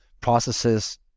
processes